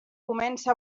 comença